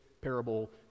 parable